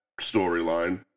storyline